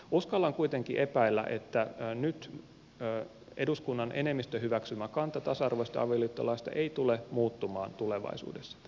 uskallan kuitenkin epäillä että nyt eduskunnan enemmistön hyväksymä kanta tasa arvoisesta avioliittolaista ei tule muuttumaan tulevaisuudessa